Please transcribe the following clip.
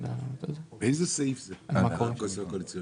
באיזה סעיף זה התקציב הקואליציוני?